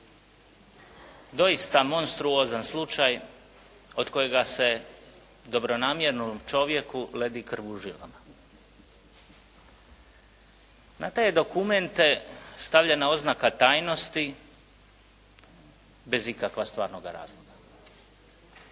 doista monstruozan slučaj od kojega se dobronamjernu čovjeku ledi krv u žilama. Na taj je dokument stavljena oznaka tajnosti bez ikakva stvarnoga razloga.